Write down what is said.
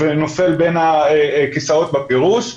זה נופל בין הכיסאות בַפֵּירוּש.